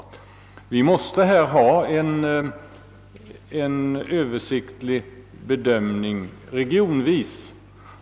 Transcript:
Vi måste få en översiktlig bedömning regionvis.